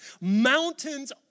Mountains